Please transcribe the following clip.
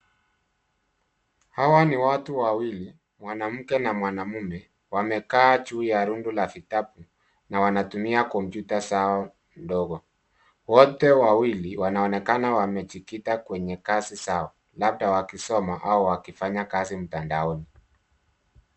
Hawa ni watu wawili, mwanamke na mwanaume, wamekaa juu ya rundo la vitabu. Wamekaa juu ya rundo la vitabu na wanatumia kompyuta zao ndogo. Wote wawili wanaonekana wamejikita kwenye kazi zao labda wakisoma au wakifanya kazi mtandaoni.